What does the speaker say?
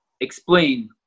explain